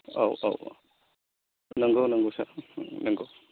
औ औ नंगौ नंगौ सार नंगौ